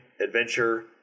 adventure